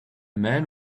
man